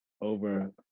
Over